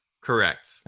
Correct